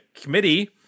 committee